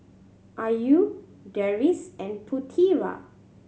Ayu Deris and Putera